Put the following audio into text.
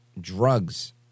drugs